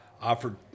offered